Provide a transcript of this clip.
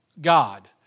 God